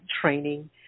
training